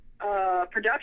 Production